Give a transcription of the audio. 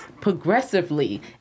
progressively